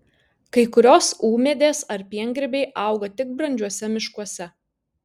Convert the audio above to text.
kai kurios ūmėdės ar piengrybiai auga tik brandžiuose miškuose